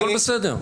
הכול בסדר.